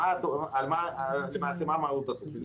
מהות התוכנית: